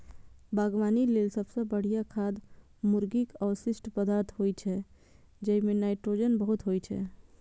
बागवानी लेल सबसं बढ़िया खाद मुर्गीक अवशिष्ट पदार्थ होइ छै, जइमे नाइट्रोजन बहुत होइ छै